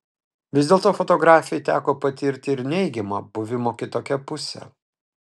vis dėlto fotografei teko patirti ir neigiamą buvimo kitokia pusę